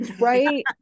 Right